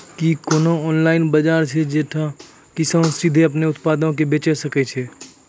कि कोनो ऑनलाइन बजार छै जैठां किसान सीधे अपनो उत्पादो के बेची सकै छै?